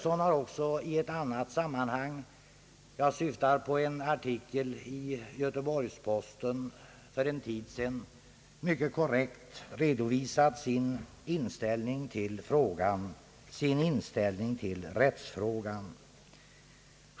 Herr Sörenson har i annat sammanhang — jag syftar på en artikel i Göteborgs-Posten för en tid sedan — mycket korrekt redovisat sin inställning i frågan — sin inställning i rättsfrågan.